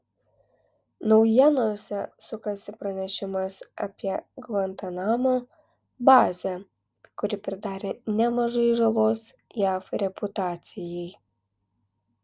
naujienose sukasi pranešimas apie gvantanamo bazę kuri pridarė nemažai žalos jav reputacijai